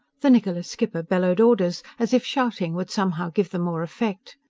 the niccola's skipper bellowed orders, as if shouting would somehow give them more effect.